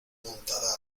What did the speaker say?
montada